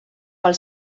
pel